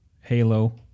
Halo